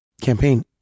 campaign